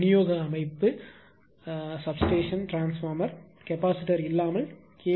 விநியோக அமைப்பு substation transformer capacitor இல்லாமல் கே